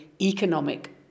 economic